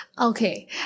Okay